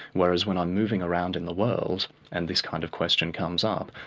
whereas when i'm moving around in the world and this kind of question comes up,